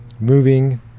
moving